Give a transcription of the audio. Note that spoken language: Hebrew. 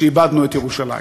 שאיבדנו את ירושלים.